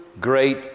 great